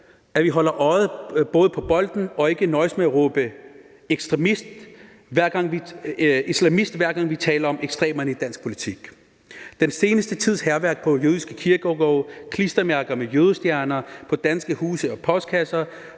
at vi holder øjet på bolden og ikke nøjes med at råbe »islamist«, hver gang vi taler om ekstremerne i dansk politik. Den seneste tids hærværk på jødiske kirkegårde, klistermærker med jødestjerner på danske huse og postkasser,